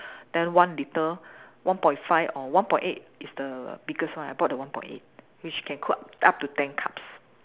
then one litre one point five or one point eight is the biggest one I bought the one point eight which can cook up up to ten cups